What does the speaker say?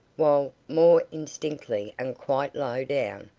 while, more indistinctly and quite low down,